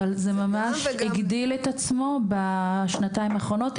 אבל זה ממש הגדיל את עצמו בשנתיים האחרונות,